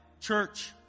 Church